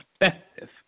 perspective